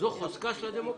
זה חוזקה של הדמוקרטיה.